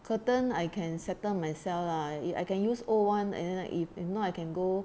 curtain I can settle myself lah it I can use old [one] and then if if not I can go